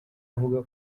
avuga